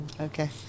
Okay